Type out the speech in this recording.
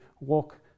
walk